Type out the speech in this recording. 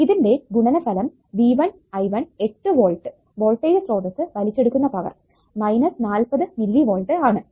ഇതിന്റെ ഗുണനഫലം V1 I1 8 volt voltage സ്രോതസ്സ് വലിച്ചെടുക്കുന്ന പവർ നാൽപതു മില്ലി വോൾട്ട് ആണ്